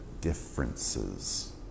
differences